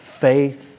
faith